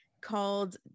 called